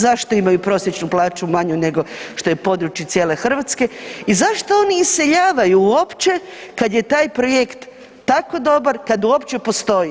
Zašto imaju prosječnu plaću manju nego što je područje cijele Hrvatske i zašto oni iseljavaju uopće kad je taj projekt tako dobar kad uopće postoji?